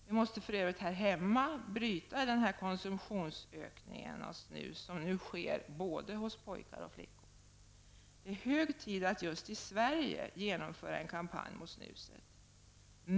Vi måste för övrigt även här hemma bryta den konsumtionsökning av snus som nu sker bland både pojkar och flickor. Det är hög tid att just i Sverige genomföra en kampanj mot snuset.